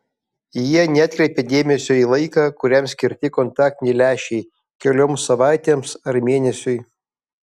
jie neatkreipia dėmesio į laiką kuriam skirti kontaktiniai lęšiai kelioms savaitėms ar mėnesiui